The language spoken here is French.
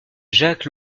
jacques